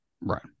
Right